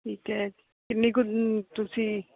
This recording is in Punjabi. ਠੀਕ ਹੈ ਕਿੰਨੀ ਕੁ ਤੁਸੀਂ